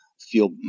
feel